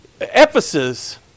Ephesus